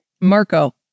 Marco